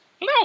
No